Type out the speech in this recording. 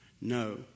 No